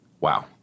Wow